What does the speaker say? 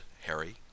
Harry